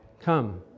Come